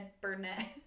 Burnett